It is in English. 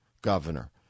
governor